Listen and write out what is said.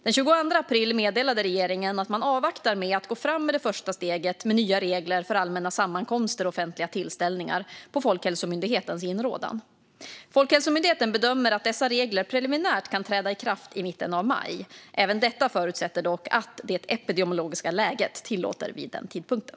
Den 22 april meddelade regeringen att man avvaktar med att gå fram med det första steget med nya regler för allmänna sammankomster och offentliga tillställningar på Folkhälsomyndighetens inrådan. Folkhälsomyndigheten bedömer att dessa regler preliminärt kan träda i kraft i mitten av maj. Även detta förutsätter dock att det epidemiologiska läget tillåter det vid den tidpunkten.